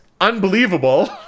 unbelievable